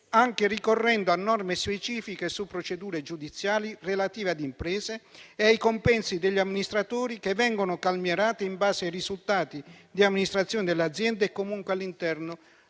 anche ricorrendo a norme specifiche su procedure giudiziali relative ad imprese e ai compensi degli amministratori, che vengono calmierati in base ai risultati di amministrazione dell'azienda e comunque all'interno